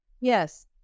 Yes